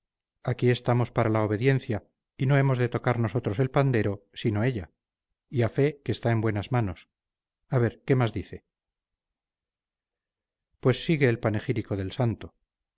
aquí estamos para la obediencia y no hemos de tocar nosotros el pandero sino ella y a fe que está en buenas manos a ver qué más dice pues sigue el panegírico del santo